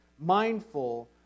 mindful